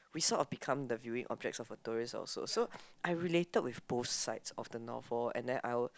we sort of become the viewing objects of a tourist also so I related with both sides of the novel and then I